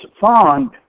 fond